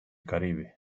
caribe